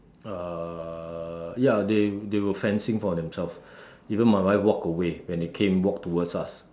uh ya they they were fencing for themselves even my wife walk away when they came walk towards us